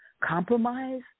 compromise